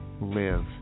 live